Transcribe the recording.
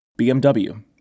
BMW